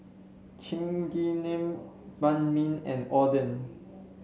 Chigenabe Banh Mi and Oden